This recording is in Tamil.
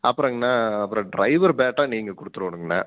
அப்புறங்கண்ணா அப்புறம் ட்ரைவர் பேட்டா நீங்கள் கொடுத்துருணுங்கண்ணா